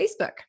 Facebook